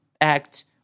act